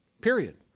period